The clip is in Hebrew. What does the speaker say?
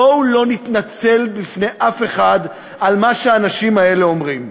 בואו לא נתנצל בפני אף אחד על מה שהאנשים האלה אומרים.